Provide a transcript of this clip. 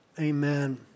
Amen